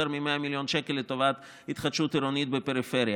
מ-100 מיליון שקל לטובת התחדשות עירונית בפריפריה,